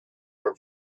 were